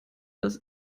das